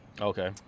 Okay